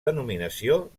denominació